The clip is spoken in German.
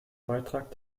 beitrag